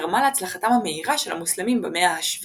תרמה להצלחתם המהירה של המוסלמים במהלך המאה ה-7